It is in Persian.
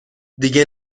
دیگه